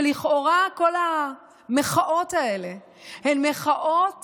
שלכאורה כל המחאות האלה הן מחאות